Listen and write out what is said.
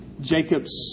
Jacob's